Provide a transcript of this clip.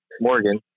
Morgan